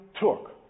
took